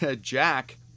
Jack